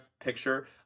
picture